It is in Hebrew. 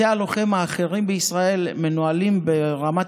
בתי הלוחם האחרים בישראל מנוהלים ברמת